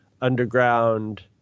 underground